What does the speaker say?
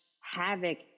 havoc